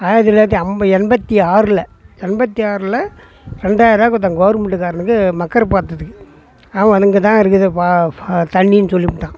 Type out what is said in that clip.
ஆயிரத்தி தொள்ளாயிரத்தி அம் எண்பத்தி ஆறில் எண்பத்தி ஆறில் ரெண்டாயிர்ரூபா கொடுத்தேன் கவுர்மெண்ட்டுக்காரனுக்கு மக்கரு பார்த்ததுக்கு அவன் இங்கே தான் இருக்குதுப்பா பா தண்ணினு சொல்லிப்புட்டான்